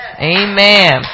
amen